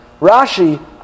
Rashi